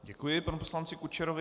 Děkuji panu poslanci Kučerovi.